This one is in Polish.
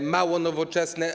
mało nowoczesne.